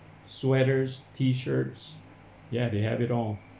sweaters t-shirts ya they have it all